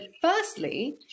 firstly